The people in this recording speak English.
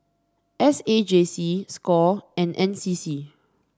S A J C Score and N C C